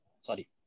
Sorry